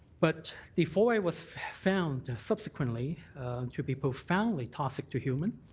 but before it was found subsequently to be profoundly toxic to human,